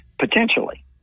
Potentially